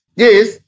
yes